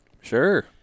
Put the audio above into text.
sure